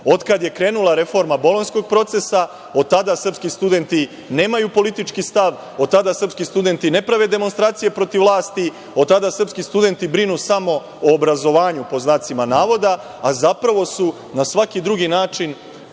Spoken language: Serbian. Od kada je krenula reforma bolonjskog procesa, od tada srpski studenti nemaju politički stav, od tada srpski studenti ne prave demonstracije protiv vlasti, od tada srpski studenti brinu samo o obrazovanju, pod znacima navoda, a zapravo su na svaki drugi način